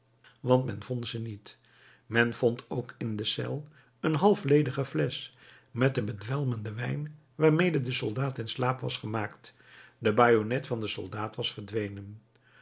want men vond ze niet men vond ook in de cel een half ledige flesch met den bedwelmenden wijn waarmede de soldaat in slaap was gemaakt de bajonnet van den soldaat was verdwenen